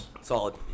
Solid